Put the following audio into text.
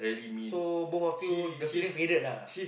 so both of you the feeling faded lah